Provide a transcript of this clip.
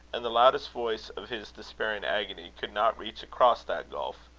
and the loudest voice of his despairing agony could not reach across that gulf.